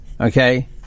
Okay